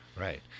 Right